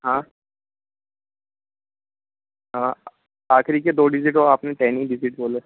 हाँ हाँ आख़िरी के दो डिज़िट वह आपने टेन ही डिज़िट बोले